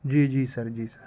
جی جی سر جی سر